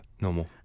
normal